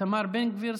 איתמר בן גביר,